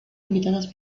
invitadas